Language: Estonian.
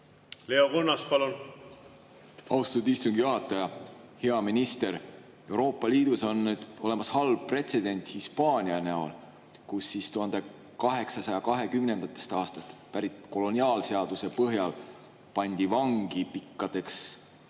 Leo Kunnas, palun! Austatud istungi juhataja! Hea minister! Euroopa Liidus on olemas halb pretsedent Hispaania näol, kus 1820. aastatest pärit koloniaalseaduse põhjal pandi vangi pikkade